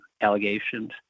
allegations